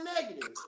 negative